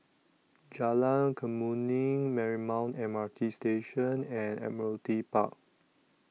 Jalan Kemuning Marymount M R T Station and Admiralty Park